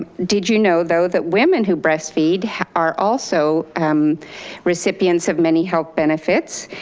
did you know though, that women who breastfeed are also recipients of many health benefits,